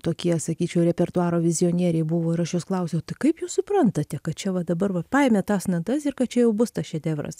tokie sakyčiau repertuaro vizionieriai buvo ir aš jos klausiau kaip jūs suprantate kad čia va dabar va paėmėt tas natas ir kad čia jau bus tas šedevras